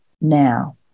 now